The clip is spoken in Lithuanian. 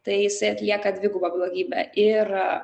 tai jisai atlieka dvigubą blogybę ir